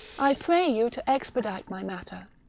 i pray you to expedite my matter,